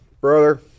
brother